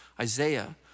Isaiah